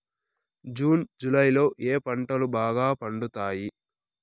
June July లో ఏ పంటలు బాగా పండుతాయా?